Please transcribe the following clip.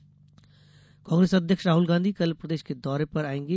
राहुल दौरा कांग्रेस अध्यक्ष राहल गांधी कल प्रदेश के दौरे पर आयेंगे